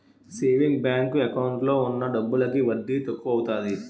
saving bank account లో ఉన్న డబ్బులకి వడ్డీ తక్కువత్తాది